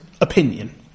opinion